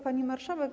Pani Marszałek!